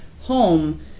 home